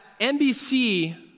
NBC